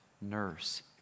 nurse